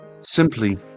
Simply